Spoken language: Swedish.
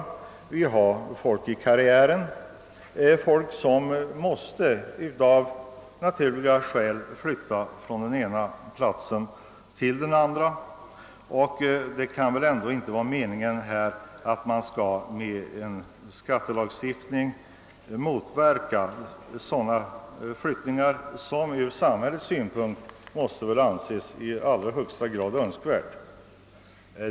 Det är folk i karriären som av naturliga skäl måste flytta från den ena platsen till den andra. Det kan väl inte vara meningen, att man med en skattelagstiftning skall motverka sådana flyttningar, som ur samhällets synpunkt måste anses vara i allra högsta grad önskvärda.